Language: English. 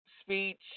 speech